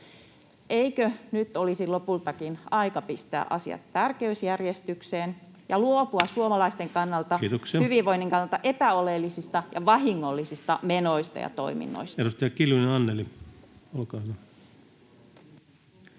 Eikö nyt olisi lopultakin aika pistää asiat tärkeysjärjestykseen [Puhemies: Kiitoksia!] ja luopua suomalaisten hyvinvoinnin kannalta epäoleellisista ja vahingollisista menoista ja toiminnoista?